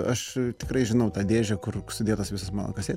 aš tikrai žinau tą dėžę kur sudėtos visos mano kasetės